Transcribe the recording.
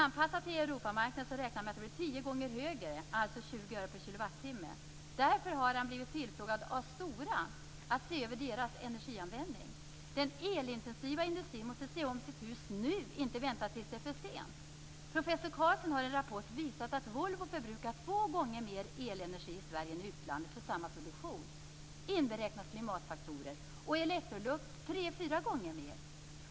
Anpassningen till Europamarknaden gör att höjningen blir tio gånger högre, alltså 20 öre per kilowattimme. Därför har Karlsson blivit ombedd av Stora att se över företagets energianvändning. Den elintensiva industrin måste se om sitt hus nu och inte vänta tills det är för sent. Professor Karlsson har i en rapport visat att Volvo förbrukar två gånger mer elenergi i Sverige än i utlandet för samma produktion, klimatfaktorer inberäknade. Electrolux förbrukar tre fyra gånger mer.